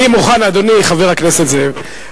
אדוני חבר הכנסת זאב,